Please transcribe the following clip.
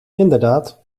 inderdaad